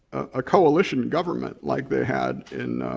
a coalition government like they had in